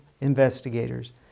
investigators